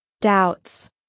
doubts